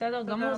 בסדר גמור,